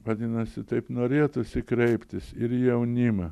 vadinasi taip norėtųsi kreiptis ir į jaunimą